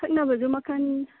ꯊꯛꯅꯕꯁꯨ ꯃꯈꯜ